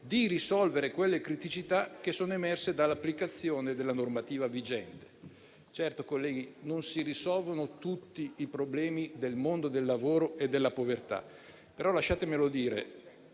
di risolvere quelle criticità che sono emerse dall'applicazione della normativa vigente. Certo, colleghi, non si risolvono tutti i problemi del mondo del lavoro e della povertà. Però, lasciatemelo dire,